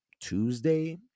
Tuesday